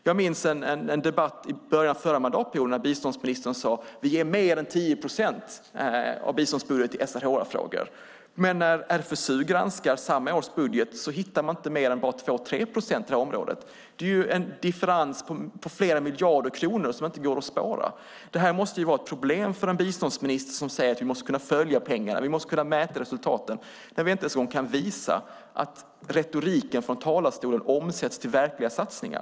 Jag minns en debatt i början av förra mandatperioden när biståndsministern sade att de ger mer än 10 procent av biståndsbudgeten till SRHR-frågor. Men när RFSU granskar samma års budget hittar man inte mer än 2-3 procent på området. Det är en differens på flera miljarder kronor som inte går att spåra. Det här måste vara ett problem för en biståndsminister som säger att vi ska kunna följa pengarna och mäta resultaten, när det inte ens en gång går att visa att retoriken från talarstolen omsätts till verkliga satsningar.